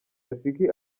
rafiki